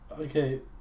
Okay